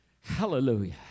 Hallelujah